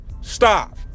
stop